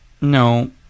No